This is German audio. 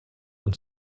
und